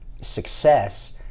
success